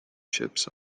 ships